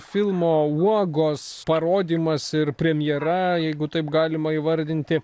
filmo uogos parodymas ir premjera jeigu taip galima įvardinti